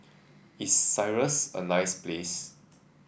is Cyprus a nice place